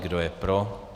Kdo je pro?